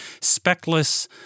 speckless